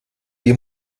ihr